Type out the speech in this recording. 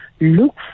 look